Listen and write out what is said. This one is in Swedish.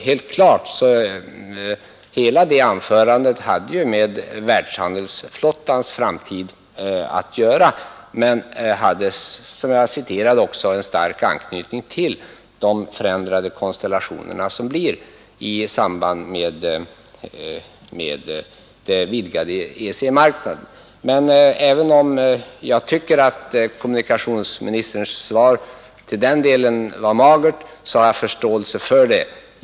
Anförandet i sin helhet hade med världshandelsflottans framtid att göra men hade, som jag också citerade, en stark anknytning till de förändrade konstellationer som uppstår i samband med den utvidgade EEC-marknaden. Även om jag tycker att kommunikationsministerns svar i den delen var magert har jag förståelse för det.